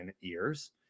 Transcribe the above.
years